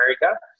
America